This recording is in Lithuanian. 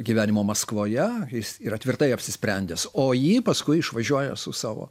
gyvenimo maskvoje jis yra tvirtai apsisprendęs o ji paskui išvažiuoja su savo